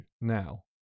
now